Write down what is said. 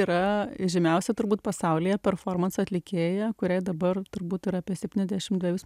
yra žymiausia turbūt pasaulyje performanso atlikėja kuriai dabar turbūt yra apie septyniasdešimt dvejus